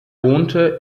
wohnte